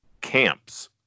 camps